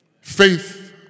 Faith